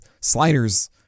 sliders